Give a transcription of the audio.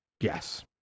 Yes